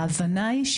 ההבנה היא,